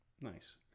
Nice